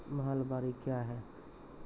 महलबाडी क्या हैं?